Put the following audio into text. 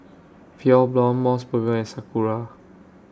Pure Blonde Mos Burger and Sakura